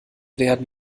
werden